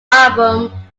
album